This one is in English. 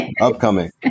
upcoming